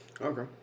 Okay